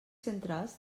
centrals